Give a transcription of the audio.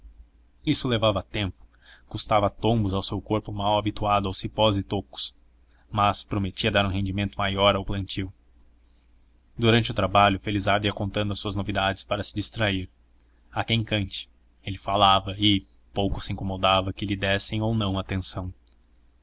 isso levava tempo custava tombos ao seu corpo mal habituado aos cipós e tocos mas prometia dar um rendimento maior ao plantio durante o trabalho felizardo ia contando as suas novidades para se distrair há quem cante ele falava e pouco se incomodava que lhe dessem ou não atenção